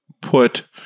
put